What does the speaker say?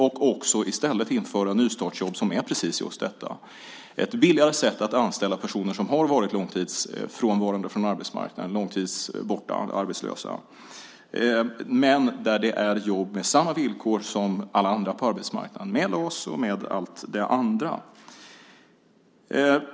I stället inför vi nystartsjobb som är precis just detta. Det är ett billigare sätt att anställa personer som har varit långtidsfrånvarande från arbetsmarknaden, långtidsborta och arbetslösa. Men det är jobb med samma villkor som för alla andra på arbetsmarknaden med LAS och allt det andra.